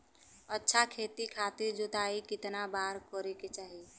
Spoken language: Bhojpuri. अच्छा खेती खातिर जोताई कितना बार करे के चाही?